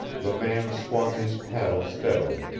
the man swung his paddle steadily,